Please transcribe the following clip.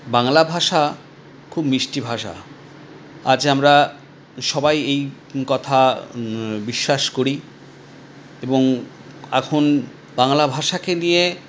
বাংলা ভাষা খুব মিষ্টি ভাষা আজ আমরা সবাই এই কথা বিশ্বাস করি এবং এখন বাংলা ভাষাকে নিয়ে